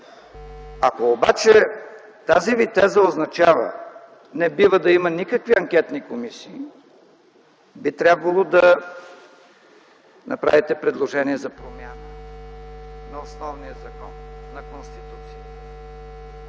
Ако обаче тази Ви теза означава: не бива да има никакви анкетни комисии, би трябвало да направите предложение за промяна на основния закон – на Конституцията,